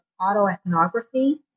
autoethnography